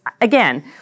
Again